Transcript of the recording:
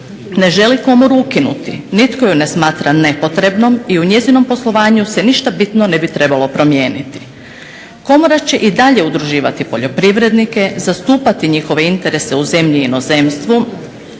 ne želi komoru ukinuti. Nitko je ne smatra nepotrebnom i u njezinom poslovanju se ništa bitno ne bi trebalo promijeniti. Komora će i dalje udruživati poljoprivrednike, zastupati njihove interese u zemlji i inozemstvu,